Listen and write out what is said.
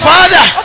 Father